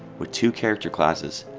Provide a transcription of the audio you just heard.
with two character classes,